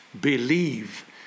believe